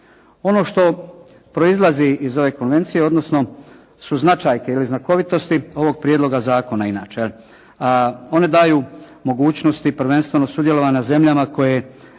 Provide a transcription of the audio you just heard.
Ono što proizlazi iz ove konvencije, odnosno su značajke ili znakovitosti ovog prijedloga zakona inače, je li. One daju mogućnosti prvenstveno sudjelovanje zemljama koje